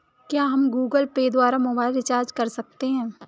क्या हम Google Pay द्वारा मोबाइल रिचार्ज कर सकते हैं?